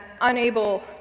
unable